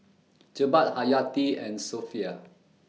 Jebat Haryati and Sofea